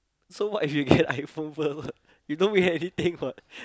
so what if you get iPhone first you don't get anything [what]